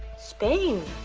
spain,